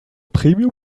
premium